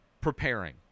preparing